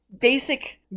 basic